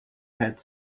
had